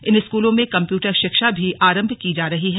इन स्कूलों में कंप्यूटर शिक्षा भी आरंभ की जा रही है